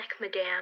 madame